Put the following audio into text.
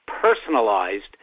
personalized